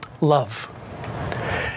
love